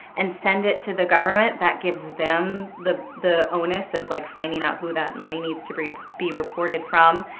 and send it to the government. that gives them the the onus of like finding out who that money needs to be be reported from.